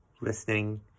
listening